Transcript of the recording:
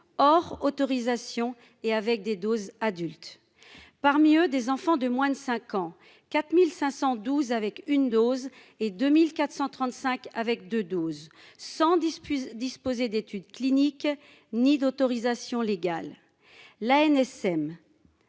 hors autorisation et avec des doses adultes parmi eux des enfants de moins de 5 ans 4512 avec une dose et 2435 avec de 12 110 puissent disposer d'études cliniques ni d'autorisation légale, l'ANSM.